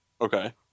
Okay